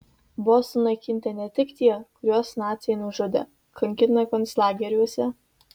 buvo sunaikinti ne tik tie kuriuos naciai nužudė kankino konclageriuose